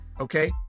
Okay